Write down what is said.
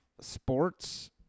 Sports